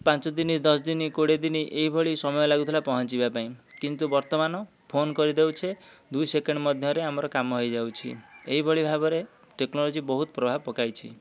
ପାଞ୍ଚ ଦିନ ଦଶ ଦିନ କୋଡ଼ିଏ ଦିନ ଏଇଭଳି ସମୟ ଲାଗୁଥିଲା ପହଁଞ୍ଚିବା ପାଇଁ କିନ୍ତୁ ବର୍ତ୍ତମାନ ଫୋନ୍ କରିଦେଉଛେ ଦୁଇ ସେକେଣ୍ଡ ମଧ୍ୟରେ ଆମର କାମ ହେଇଯାଉଛି ଏଇଭଳି ଭାବରେ ଟେକ୍ନୋଲୋଜି ବହୁତ ପ୍ରଭାବ ପକାଇଛି